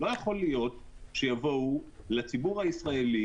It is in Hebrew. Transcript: לא ייתכן שיבואו לציבור הישראלי,